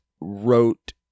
wrote